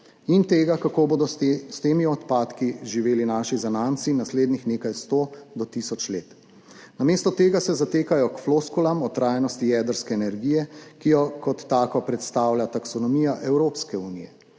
in tega, kako bodo s temi odpadki živeli naši zanamci naslednjih nekaj sto do tisoč let. Namesto tega se zatekajo k floskulam o trajnosti jedrske energije, ki jo kot tako predstavlja taksonomija Evropske unije,